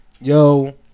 Yo